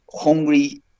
hungry